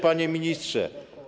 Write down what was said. Panie Ministrze!